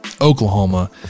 Oklahoma